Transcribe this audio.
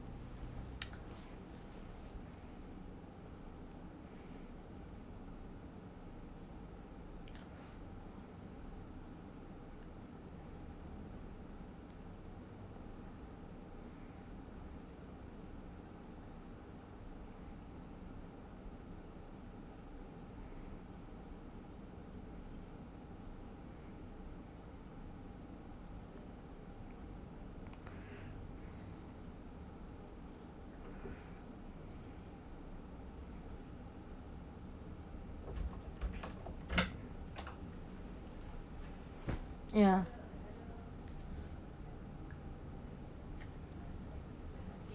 ya